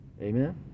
Amen